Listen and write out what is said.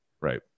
Right